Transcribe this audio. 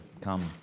come